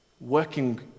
working